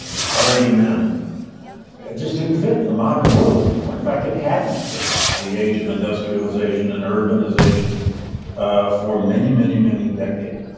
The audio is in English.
hardy men, it just didn't fit the modern world anymore. in fact, it hadn't fit the age of industrialization and urbanization ah for many, many, many decades.